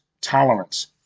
tolerance